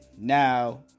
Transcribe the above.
Now